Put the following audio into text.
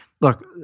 look